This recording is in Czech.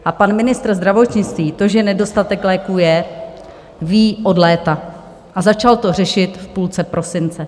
A pan ministr zdravotnictví to, že nedostatek léků je, ví od léta a začal to řešit v půlce prosince.